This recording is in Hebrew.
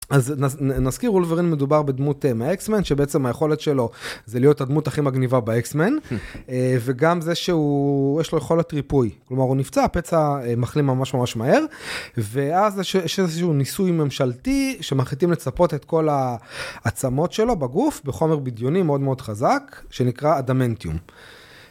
אז נזכיר. אולוורין מדובר בדמות מהאקסמנט, שבעצם היכולת שלו, זה להיות הדמות הכי מגניבה באקסמנט, וגם זה שהוא יש לו יכולת ריפוי. כלומר הוא נפצע פצע מחלים ממש ממש מהר, ואז יש איזשהו ניסוי ממשלתי שמחליטים לצפות את כל העצמות שלו בגוף בחומר בדיוני מאוד מאוד חזק, שנקרא אדמנטיום.